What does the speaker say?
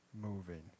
moving